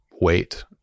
wait